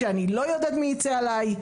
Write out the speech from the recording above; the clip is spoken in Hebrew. כשאני לא יודעת מי ייצא עליי.